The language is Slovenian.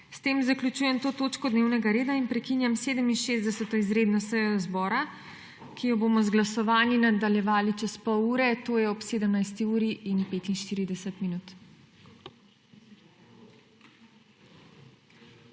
S tem zaključujem to točko dnevnega reda. Prekinjam 67. izredno sejo zbora, ki jo bomo z glasovanji nadaljevali čez pol ure, to je ob 17.45.